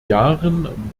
jahren